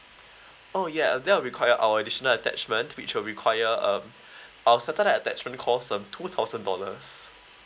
oh ya that will require our additional attachment which will require um our satellite attachment costs um two thousand dollars